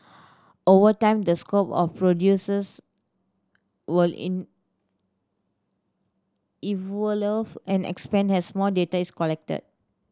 over time the scope of procedures will evolve and expand has more data is collected